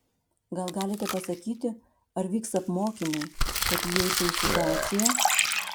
gal galite pasakyti ar vyks apmokymai kad įeičiau į situaciją